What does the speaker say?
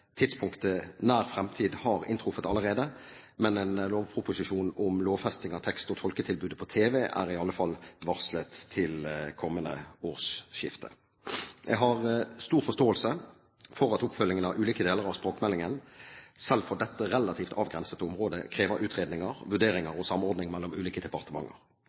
tidspunktet «nær fremtid» har inntruffet allerede, men en lovproposisjon om lovfesting av tekst- og tolketilbudet på tv er i alle fall varslet til kommende årsskifte. Jeg har stor forståelse for at oppfølgingen av ulike deler av språkmeldingen selv for dette relativt avgrensede området krever utredninger, vurderinger og samordning mellom ulike departementer.